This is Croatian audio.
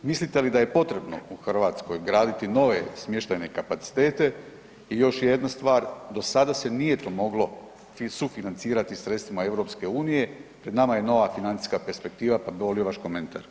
Mislite li da je potrebno u Hrvatskoj graditi nove smještajne kapacitete i još jedna stvar, do sada se nije to moglo sufinancirati sredstvima EU, pred nama je nova financijska perspektiva, pa bi molio vaš komentar?